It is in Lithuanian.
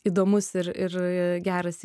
įdomus ir ir geras